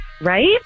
Right